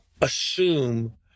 assume